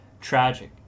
tragic